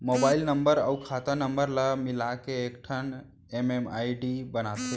mobile number अउ खाता नंबर ल मिलाके एकठन एम.एम.आई.डी बनाथे